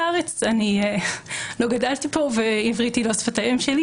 אני לא גדלתי פה ועברית היא לא שפת האם שלי